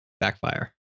Backfire